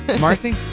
Marcy